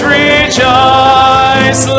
rejoice